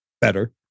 better